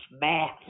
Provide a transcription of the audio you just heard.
math